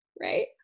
Right